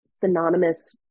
synonymous